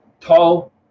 tall